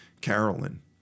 Carolyn